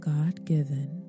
God-given